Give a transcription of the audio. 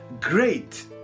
great